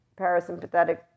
parasympathetic